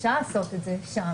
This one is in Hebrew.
אפשר לעשות את זה.